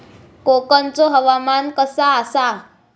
कोकनचो हवामान कसा आसा?